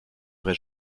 vrai